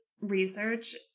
research